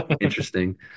interesting